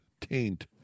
Taint